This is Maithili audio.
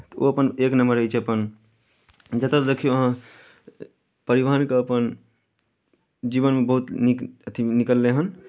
तऽ ओ अपन एक नंबर रहैत छै अपन जतय देखियौ अहाँ परिवहनके अपन जीवनमे बहुत नीक अथि निकललै हन